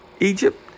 Egypt